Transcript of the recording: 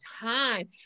time